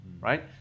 right